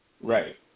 Right